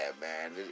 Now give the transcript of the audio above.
man